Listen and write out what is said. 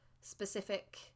specific